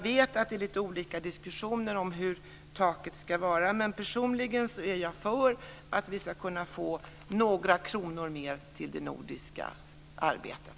Det fördes diskussioner om hur högt taket ska vara, men personligen är jag för att vi ska kunna få några fler kronor till det nordiska samarbetet.